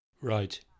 Right